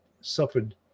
suffered